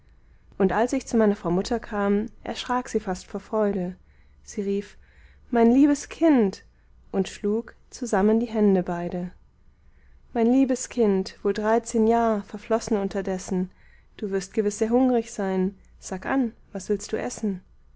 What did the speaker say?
und als ich zu meiner frau mutter kam erschrak sie fast vor freude sie rief mein liebes kind und schlug zusammen die hände beide mein liebes kind wohl dreizehn jahr verflossen unterdessen du wirst gewiß sehr hungrig sein sag an was willst du essen